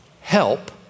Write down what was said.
help